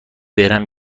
برم